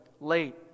late